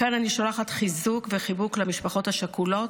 מכאן אני שולחת חיזוק וחיבוק למשפחות השכולות,